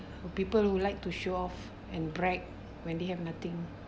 for people who like to show off and brag when they have nothing